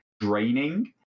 draining